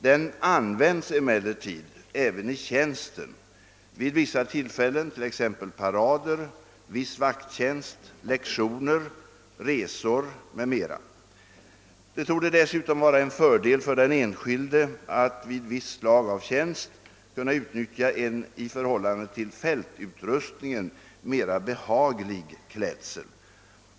Den används emellertid även i tjänsten vid vissa tillfällen t.ex. parader, viss vakttjänst, lektioner, resor m.m. Det torde dessutom vara en fördel för den enskilde att vid visst slåg av tjänst kunna utnyttja en i förhållande till fältutrustningen mera behaglig klädsel.